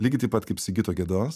lygiai taip pat kaip sigito gedos